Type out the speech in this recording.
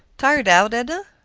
tired out, edna?